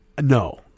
No